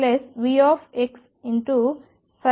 0 మరియు x